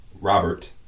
Robert